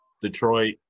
Detroit